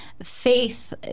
Faith